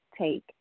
take